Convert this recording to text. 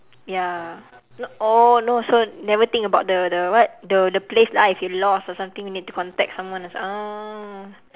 ya not oh no so never think about the the what the the place lah if you lost or something you need to contact someone oh